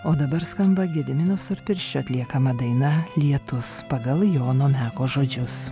o dabar skamba gedimino storpirščio atliekama daina lietus pagal jono meko žodžius